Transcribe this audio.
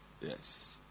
Yes